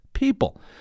People